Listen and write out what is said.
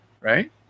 right